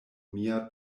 mia